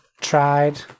tried